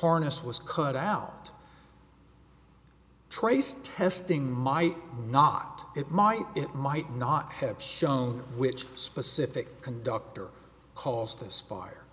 harness was cut out trace testing might not it might it might not have shown which specific conductor caused this fire